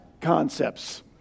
concepts